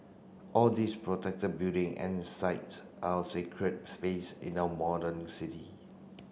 all these protected building and sites are our sacred space in our modern city